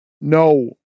No